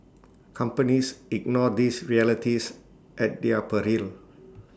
companies ignore these realities at their peril